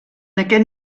aquest